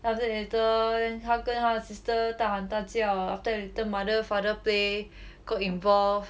after that later then 他跟他的 sister 大喊大叫 after that later mother father play got involved